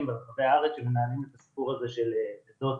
ברחבי הארץ שמנהלים את הסיפור הזה של לידות שקטות,